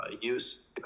use